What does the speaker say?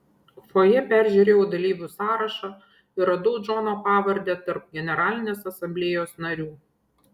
fojė peržiūrėjau dalyvių sąrašą ir radau džono pavardę tarp generalinės asamblėjos narių